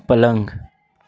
پلنگ